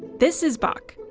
this is bach.